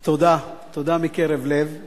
תודה, תודה מקרב לב.